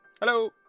Hello